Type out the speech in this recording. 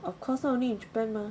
of course now only in japan mah